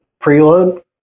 Preload